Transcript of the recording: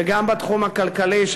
וגם בתחום הכלכלי,